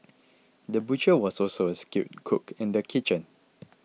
the butcher was also a skilled cook in the kitchen